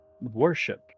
worship